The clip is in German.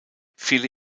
viele